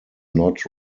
not